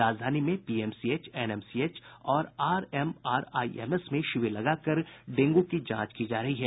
राजधानी में PMCH NMCH और आरएमआरआईएमएस में शिविर लगाकर डेंगू की जांच की जा रही है